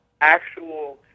actual